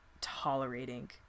tolerating